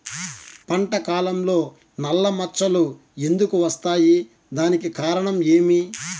పంట కాలంలో నల్ల మచ్చలు ఎందుకు వస్తాయి? దానికి కారణం ఏమి?